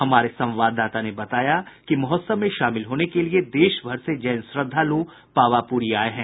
हमारे संवाददाता ने बताया कि महोत्सव में शामिल होने के लिये देश भर से जैन श्रद्धालु पावापुरी आये हैं